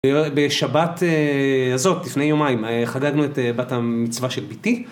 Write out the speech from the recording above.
בשבת הזאת, לפני יומיים, חגגנו את בת המצווה של ביתי.